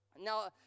Now